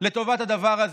לטובת הדבר הזה,